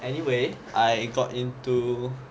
anyway I got into